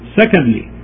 secondly